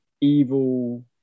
evil